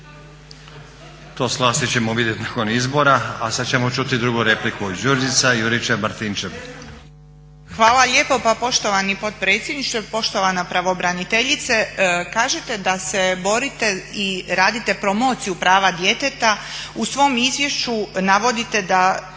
To s vlasti ćemo vidjeti nakon izbora. A sada ćemo čuti drugu repliku, Branka Juričev-Martinčev.